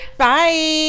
bye